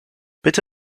bitte